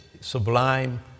sublime